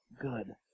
good